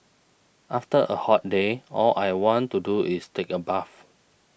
after a hot day all I want to do is take a bath